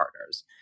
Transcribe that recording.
partners